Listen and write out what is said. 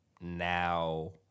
now